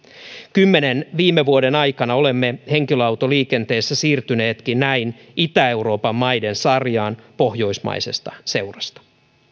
kymmenen viime vuoden aikana olemme henkilöautoliikenteessä siirtyneetkin näin itä euroopan maiden sarjaan pohjoismaisesta seurasta